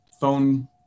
phone